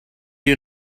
you